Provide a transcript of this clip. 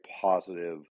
positive